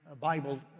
Bible